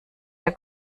der